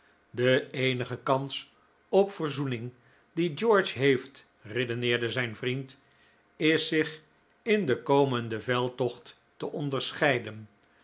de eenige kans op verzoening die george heeft redeneerde zijn vriend is zich in den komenden veldtocht te onderscheiden